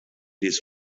his